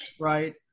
right